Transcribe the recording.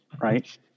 right